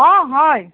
অঁ হয়